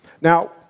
Now